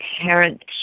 parent